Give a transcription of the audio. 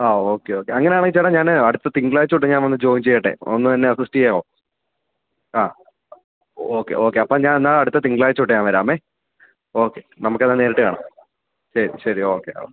അ okay okay അങ്ങനെയാണെങ്കിൽ ചേട്ടാ ഞാനേ അടുത്ത തിങ്കളാഴ്ച തൊട്ട് ഞാൻ വന്ന് ജോയിൻ ചെയ്യട്ടെ ഒന്ന് എന്നെ അസിസ്റ്റ് ചെയ്യാമോ ആഹ് ഓക്കേ ഓക്കേ അപ്പോൾ ഞാൻ എന്നാൽ അടുത്ത തിങ്കളാഴ്ച തൊട്ട് ഞാൻ വരാമെ ഓക്കേ നമുക്ക് ഏതായാലും നേരിട്ട് കാണാം ശരി ശരി ഓക്കേ ഓ